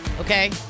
okay